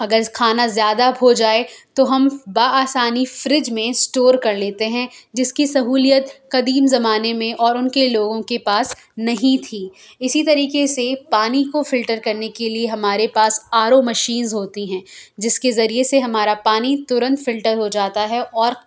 اگر کھانا زیادہ ہوجائے تو ہم بآسانی فرج میں اسٹور کرلیتے ہیں جس کی سہولیت قدیم زمانے میں اور ان کے لوگوں کے پاس نہیں تھی اسی طریقے سے پانی کو فلٹر کرنے کے لیے ہمارے پاس آر او مشینز ہوتی ہیں جس کے ذریعے سے ہمارا پانی ترنت فلٹر ہوجاتا ہے اور